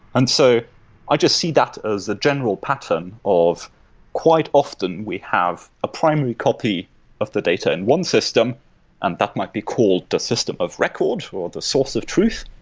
and so i just see that as a general pattern of quite often we have a primary copy of the data in one system and that might be called the system of records, or the source of truth.